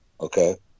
okay